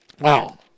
Wow